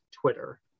twitter